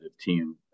team